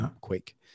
quick